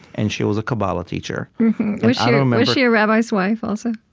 and she was a kabbalah teacher was she a rabbi's wife, also?